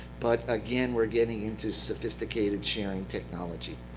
but again, we're getting into sophisticated sharing technology.